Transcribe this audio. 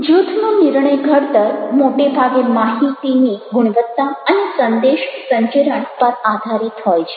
જૂથનું નિર્ણય ઘડતર મોટાભાગે માહિતીની ગુણવત્તા અને સંદેશ સંચરણ પર આધારિત હોય છે